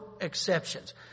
exceptions